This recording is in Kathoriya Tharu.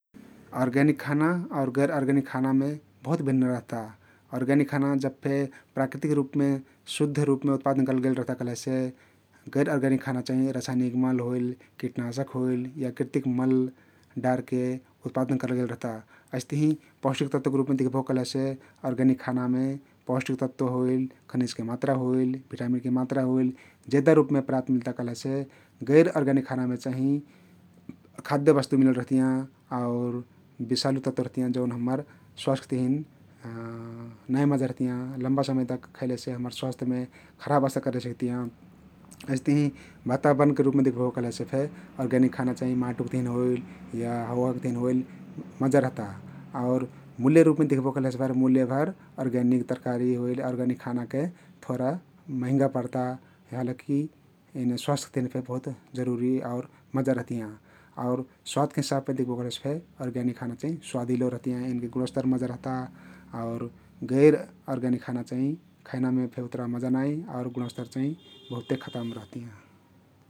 Organic खाना आउर गैरओर्ग्यनिक खानामे बहुत भिन्न रहता । ओर्ग्यानिक खाना जब फे प्राकृतिक रुपमे शुद्ध रुपमे उत्पादन करलगेल रहता कहलेसे गैरओर्ग्यानिक खाना चाहिं रसायनिक मल होइल, किटनाष्क होइल या कृतिक मल डारके उत्पादन करलगेल रहता । अइस्तहिं पौष्टिक तत्वके रुपमे दिख्बो कहलेसे ओर्ग्यानिक खानामे पौष्टिक तत्व होइल, खनिजके मात्रा होइल, भिटामिनके मात्रा होइल जेदा रुपमे प्राप्त मिल्ता कहलेसे गैर ओर्ग्यानिक खानामे चाहीं अखाद्य बस्तु मिलल रहतियाँ आउर बिषालु तत्व रहतियाँ जउन हम्मर स्वास्थ्यके तहिन नाई मजा रहतियाँ । लम्बा समय तक खैलेसे हम्मर स्वास्थ्यमे खराब असर करेसक्तियाँ । अइस्तहिं वातावरणके रुपमे दिख्बो कहलेसे फे ओर्ग्यानिक खाना चहिं माटोक तहिन या हवाक तहिन होइल मजा रहता आउर मुल्य रुपमे दिख्बो कहलेसे भर मुल्यभर ओर्ग्यानिक तरकारी होइल, ओर्ग्यानिक खानाके थोरा महिंगा पर्ता । हालाकी एने स्वास्थ्यके तहिन बहुत जरुरी आउर मजा रहतियाँ आउर स्वादके हिसाब फे दिख्बो कहलेसे फेओर्ग्यानिक खाना चाहिं स्वादिलो रहतियाँ । एनके गुणस्तर मजा रहता आउर गैर ओर्ग्यानिक खाना चाहिं खैनामे फे उत्रा मजा नाई आउर गुणस्तर चाहिं बहुते खतम रहतियाँ ।